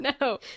no